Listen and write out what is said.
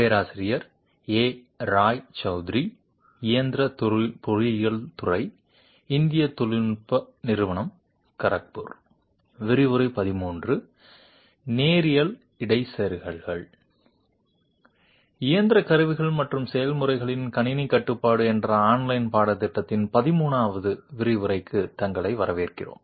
நேரியல் இடைச்செருகல்கள் இயந்திர கருவிகள் மற்றும் செயல்முறைகளின் கணினி கட்டுப்பாடுஎன்ற ஆன்லைன் பாடத்தின் 13 வது விரிவுரைக்கு தங்களை வரவேற்கிறோம்